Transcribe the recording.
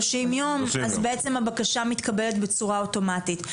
יום, אז בעצם הבקשה מתקבלת בצורה אוטומטית.